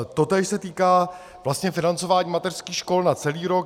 Totéž se týká vlastně financování mateřských škol na celý rok.